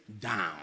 down